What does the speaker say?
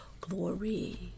glory